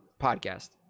podcast